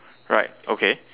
right okay